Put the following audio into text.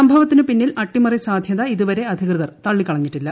സംഭവത്തിനു പിന്നിൽ അട്ടിമറി സാദ്ധ്യത ഇതുവരെ അധികൃതർ തള്ളിക്കളഞ്ഞിട്ടില്ല